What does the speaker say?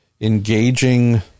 engaging